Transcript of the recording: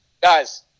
guys